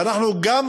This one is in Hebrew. ואנחנו גם,